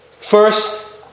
First